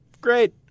Great